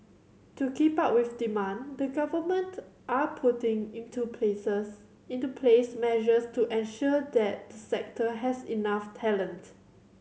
to keep up with demand the government are putting into places into place measures to ensure that the sector has enough talent